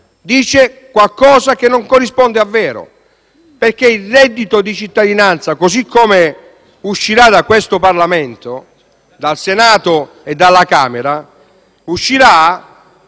dice qualcosa che non corrisponde al vero. Il reddito di cittadinanza uscirà da questo Parlamento, dal Senato e dalla Camera, in